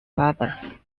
father